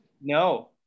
No